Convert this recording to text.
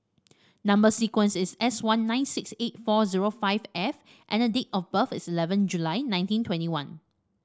number sequence is S one nine six eight four zero five F and date of birth is eleven July nineteen twenty one